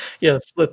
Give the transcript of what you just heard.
yes